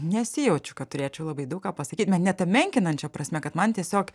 nesijaučiu kad turėčiau labai daug ką pasakyt bet ne ta menkinančia prasme kad man tiesiog